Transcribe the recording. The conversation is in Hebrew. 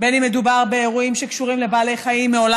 בין שמדובר באירועים שקשורים לבעלי חיים מעולם